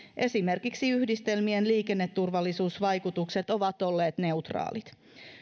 esimerkiksi yhdistelmien liikenneturvallisuusvaikutukset ovat olleet neutraalit